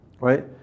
right